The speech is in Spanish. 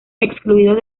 excluidos